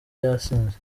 yasinze